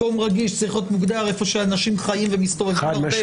מקום רגיש צריך להיות מוגדר איפה שאנשים חיים ומסתובבים הרבה.